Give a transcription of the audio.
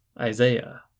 Isaiah